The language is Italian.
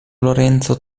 lorenzo